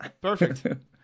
perfect